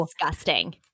disgusting